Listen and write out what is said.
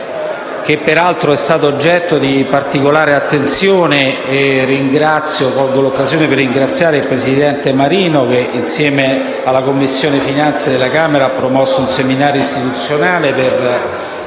che peraltro è stato oggetto di particolare attenzione (e colgo l'occasione per ringraziare il presidente Marino che, insieme alla Commissione finanze della Camera, ha promosso un seminario istituzionale per